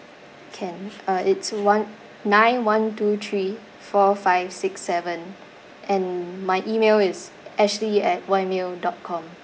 can uh it's one nine one two three four five six seven and my email is ashely at Y mail dot com